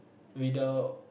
without